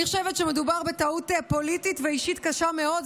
אני חושבת שמדובר בטעות פוליטית ואישית קשה מאוד,